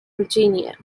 virginia